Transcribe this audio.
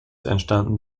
entstanden